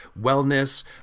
wellness